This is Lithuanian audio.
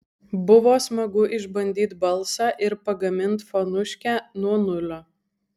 buvo smagu išbandyt balsą ir pagamint fonuškę nuo nulio